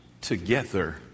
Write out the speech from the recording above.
together